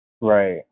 Right